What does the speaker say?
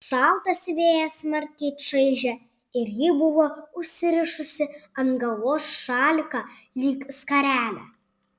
šaltas vėjas smarkiai čaižė ir ji buvo užsirišusi ant galvos šaliką lyg skarelę